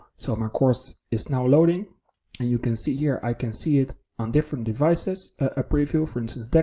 so my course is now loading and you can see here, i can see it on different devices, a preview for instance,